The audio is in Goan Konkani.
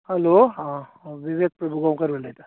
हॅलो आ हांव विवेक प्रभूगांवकार उलयतां सांगा